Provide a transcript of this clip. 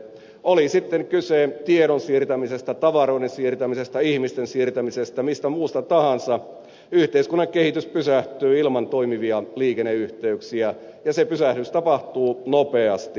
oli sitten kyse tiedon siirtämisestä tavaroiden siirtämisestä ihmisten siirtämisestä mistä muusta tahansa yhteiskunnan kehitys pysähtyy ilman toimivia liikenneyhteyksiä ja se pysähdys tapahtuu nopeasti